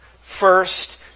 First